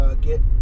get